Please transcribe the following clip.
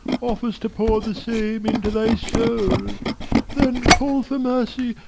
offers to pour the same into thy soul then call for mercy,